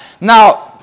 Now